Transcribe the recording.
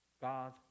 God